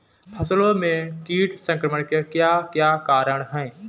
फसलों में कीट संक्रमण के क्या क्या कारण है?